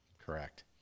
Correct